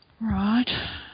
Right